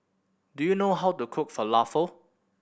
do you know how to cook Falafel